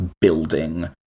building